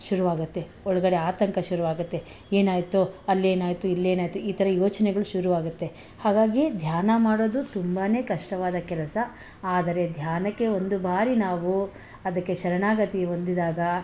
ಶುರುವಾಗುತ್ತೆ ಒಳಗಡೆ ಆತಂಕ ಶುರುವಾಗುತ್ತೆ ಏನಾಯ್ತೋ ಅಲ್ಲೇನಾಯ್ತೋ ಇಲ್ಲೇನಾಯ್ತೋ ಈ ಥರ ಯೋಚನೆಗಳು ಶುರುವಾಗುತ್ತೆ ಹಾಗಾಗಿ ಧ್ಯಾನ ಮಾಡೋದು ತುಂಬನೇ ಕಷ್ಟವಾದ ಕೆಲಸ ಆದರೆ ಧ್ಯಾನಕ್ಕೆ ಒಂದು ಬಾರಿ ನಾವು ಅದಕ್ಕೆ ಶರಣಾಗತಿ ಹೊಂದಿದಾಗ